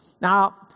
Now